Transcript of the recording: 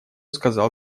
сказал